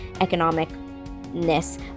economic-ness